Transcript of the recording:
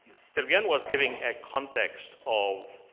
sylviane was giving a context of